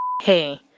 Hey